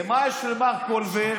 ומה יש למר קולבר?